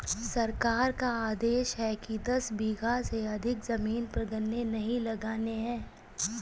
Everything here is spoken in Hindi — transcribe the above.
सरकार का आदेश है कि दस बीघा से अधिक जमीन पर गन्ने नही लगाने हैं